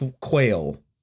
quail